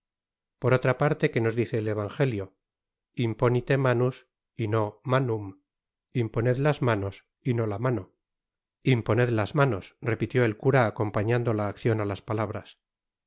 por otra parte qué nos dice el evangelio imponite manus y no tnanum imponed las manos y do la mano imponed las manos repitió el cura acompañando la accion á las palabras